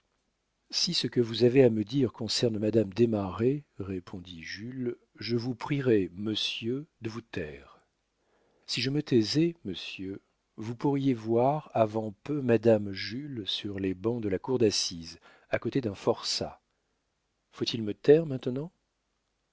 si ce que vous avez à me dire concerne madame desmarets répondit jules je vous prierai monsieur de vous taire si je me taisais monsieur vous pourriez voir avant peu madame jules sur les bancs de la cour d'assises à côté d'un forçat faut-il me taire maintenant